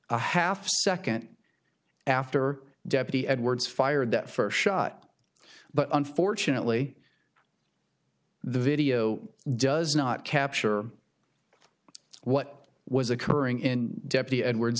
a half second after deputy edwards fired that first shot but unfortunately the video does not capture what was occurring in depth the edwards